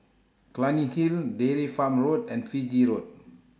Clunny Hill Dairy Farm Road and Fiji Road